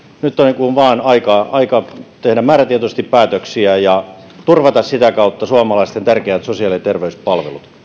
nyt on vain aika tehdä määrätietoisesti päätöksiä ja turvata sitä kautta suomalaisten tärkeät sosiaali ja terveyspalvelut